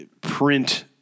print –